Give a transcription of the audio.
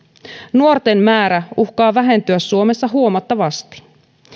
nuorten määrä uhkaa vähentyä suomessa huomattavasti